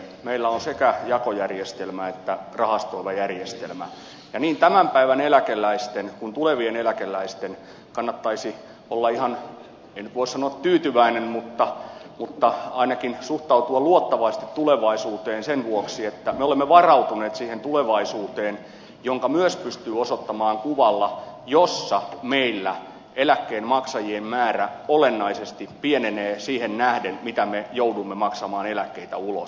meillä on sekä jakojärjestelmä että rahastoiva järjestelmä ja niin tämän päivän eläkeläisten kuin tulevien eläkeläisten kannattaisi olla ihan en nyt voi sanoa tyytyväisiä mutta ainakin suhtautua luottavaisesti tulevaisuuteen sen vuoksi että me olemme varautuneet siihen tulevaisuuteen jonka myös pystyy osoittamaan kuvalla jossa meillä eläkkeen maksajien määrä olennaisesti pienenee siihen nähden mitä me joudumme maksamaan eläkkeitä ulos